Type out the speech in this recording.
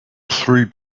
three